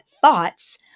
thoughts